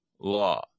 law